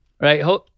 Right